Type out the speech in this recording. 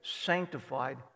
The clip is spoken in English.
sanctified